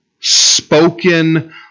spoken